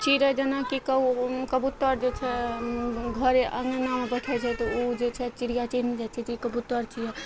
चिड़ै जेनाकि क कबूतर जे छै घरे अँगनामे बैठै छै तऽ उ जे छै चिड़िया चिन्ह जाइ छै जे ई कबूतर छियै